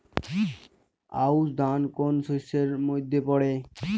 আউশ ধান কোন শস্যের মধ্যে পড়ে?